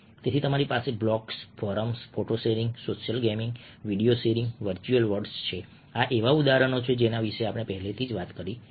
તેથી તમારી પાસે blogs forums photo sharing social gaming video sharing virtual worlds છે આ એવા ઉદાહરણો છે જેના વિશે આપણે પહેલાથી જ વાત કરી છે